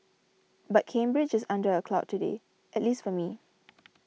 but Cambridge is under a cloud today at least for me